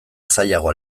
zailagoa